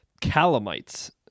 Calamites